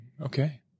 Okay